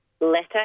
letter